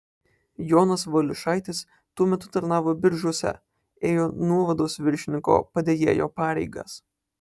jonas valiušaitis tuo metu tarnavo biržuose ėjo nuovados viršininko padėjėjo pareigas